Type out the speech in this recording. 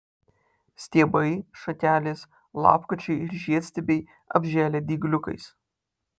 stiebai šakelės lapkočiai ir žiedstiebiai apžėlę dygliukais